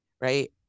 right